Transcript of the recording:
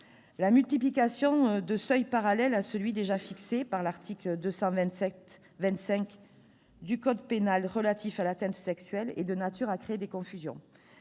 La multiplication de seuils parallèles à celui déjà fixé par l'article 227-25 du code pénal relatif à l'atteinte sexuelle est de nature à créer des confusions.